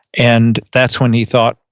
and that's when he thought,